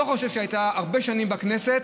אני לא חושב שהייתה הרבה שנים בכנסת,